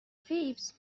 فیبز